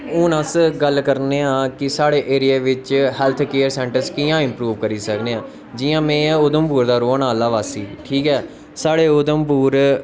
उन अस गल्ल करनेआं कि साढ़े एरिये बिच्च हैल्थ केयर सेंटरस कियां इम्प्रुब करी सकने जियां में आं उधमपुर दा रौह्न आह्ला वासी ठीक ऐ साढ़े उधमपुर